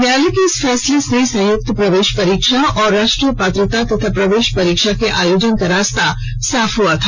न्यायालय के इस फैसले से संयुक्त प्रवेश परीक्षा और राष्ट्रीय पात्रता और प्रवेश परीक्षा के आयोजन का रास्ता साफ हुआ था